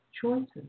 choices